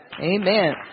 Amen